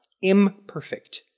imperfect